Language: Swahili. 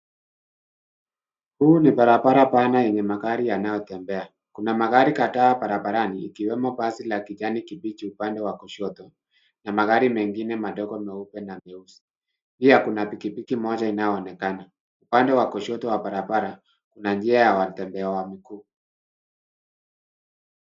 Huu ni barabara pana yenye magari yanayotembea. Kuna magari kadhaa barabarani ikiwemo basi la kijani kibichi upande wa kushoto na magari mengine madogo meupe na meusi pia kuna pikipiki moja inayoonekana. Upande wa kushoto wa barabara, kuna njia ya watembea wa miguu.